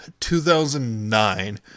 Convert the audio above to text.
2009